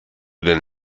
den